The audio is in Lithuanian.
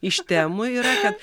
iš temų yra kad